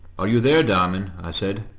are you there, diamond? i said.